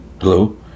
hello